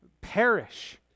perish